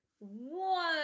one